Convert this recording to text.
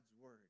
word